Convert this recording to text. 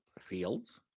Fields